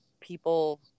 people